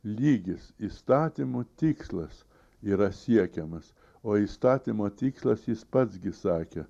lygis įstatymo tikslas yra siekiamas o įstatymo tikslas jis pats gi sakė